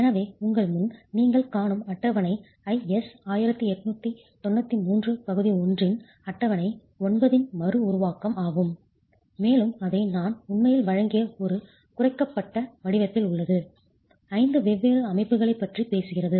எனவே உங்கள் முன் நீங்கள் காணும் அட்டவணை IS 1893 பகுதி 1 இன் அட்டவணை 9 இன் மறுஉருவாக்கம் ஆகும் மேலும் அதை நான் உண்மையில் வழங்கிய ஒரு குறைக்கப்பட்ட வடிவத்தில் உள்ளது 5 வெவ்வேறு அமைப்புகளைப் பற்றி பேசுகிறது